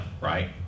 right